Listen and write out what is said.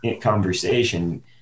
conversation